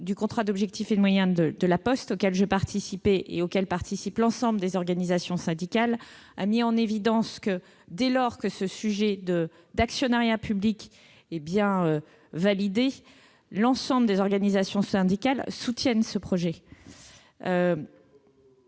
du contrat d'objectifs et de moyens de La Poste, auquel je participe et auquel participent l'ensemble des organisations syndicales, a mis en évidence que, dès lors que le principe de l'actionnariat public est bien validé, ces dernières soutiennent toutes ce projet.